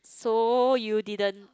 so you didn't